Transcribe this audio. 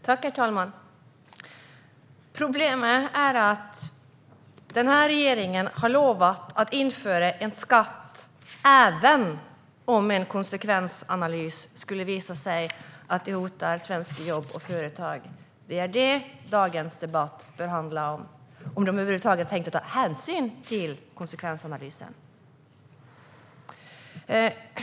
Herr talman! Problemet är att regeringen har lovat att införa en skatt även om en konsekvensanalys skulle visa att skatten hotar svenska jobb och företag. Det är detta som dagens debatt bör handla om: ifall man över huvud taget tänker ta hänsyn till konsekvensanalysen.